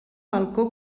balcó